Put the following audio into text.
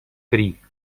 три